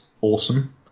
awesome